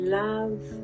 love